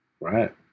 Right